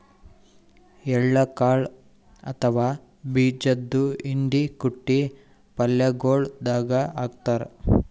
ಎಳ್ಳ ಕಾಳ್ ಅಥವಾ ಬೀಜದ್ದು ಹಿಂಡಿ ಕುಟ್ಟಿ ಪಲ್ಯಗೊಳ್ ದಾಗ್ ಹಾಕ್ತಾರ್